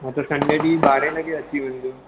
हा त संडे ॾींहुं ॿारहें लॻे अची वञिजो